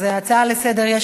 ההצעות לסדר-היום,